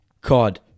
Cod